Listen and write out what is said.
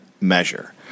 measure